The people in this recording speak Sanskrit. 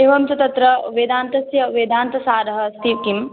एवं च तत्र वेदान्तस्य वेदान्तसारः अस्ति किम्